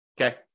Okay